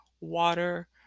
water